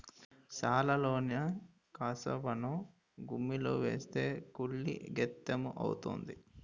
సాలలోన కసవను గుమ్మిలో ఏస్తే కుళ్ళి గెత్తెము అవుతాది